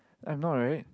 I'm not right